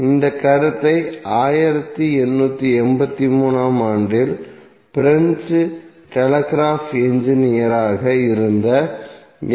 இந்த கருத்தை 1883 ஆம் ஆண்டில் பிரெஞ்சு டெலிகிராப் என்ஜினீயராக இருந்த M